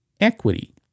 equity